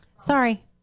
Sorry